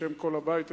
בשם כל הבית,